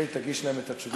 תגיש להם את התשובה.